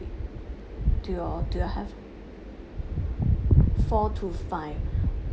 do your do you have four to five